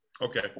Okay